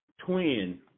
twin